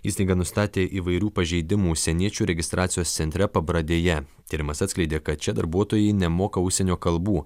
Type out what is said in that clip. įstaiga nustatė įvairių pažeidimų užsieniečių registracijos centre pabradėje tyrimas atskleidė kad čia darbuotojai nemoka užsienio kalbų